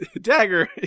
Dagger